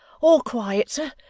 all quiet, sir,